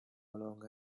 longer